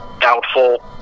Doubtful